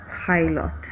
pilot